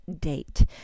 date